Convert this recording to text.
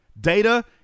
Data